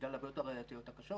בגלל הבעיות הראייתיות הקשות.